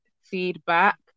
feedback